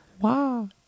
Wow